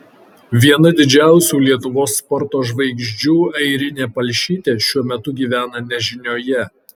viena didžiausių lietuvos sporto žvaigždžių airinė palšytė šiuo metu gyvena nežinioje